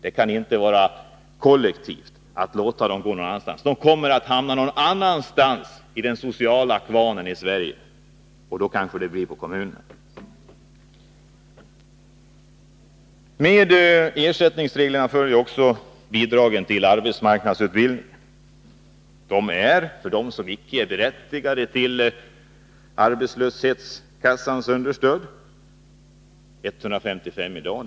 Dessa människor kommer att hamna någon annanstans i den sociala kvarnen i Sverige — kanske det blir hos kommunen. Med ersättningsreglerna följer även bidragen till arbetsmarknadsutbildning. För dem som inte är berättigade till arbetslöshetskassans understöd uppgår utbildningsbidraget i dag till 155 kr. per dag.